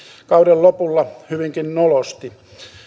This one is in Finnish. kauden lopulla hyvinkin nolosti